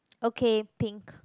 okay pink